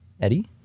Eddie